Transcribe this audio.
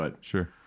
Sure